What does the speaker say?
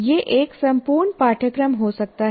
यह एक संपूर्ण पाठ्यक्रम हो सकता है